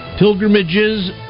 Pilgrimages